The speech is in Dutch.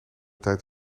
tijd